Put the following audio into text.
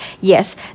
Yes